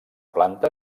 planta